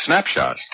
Snapshot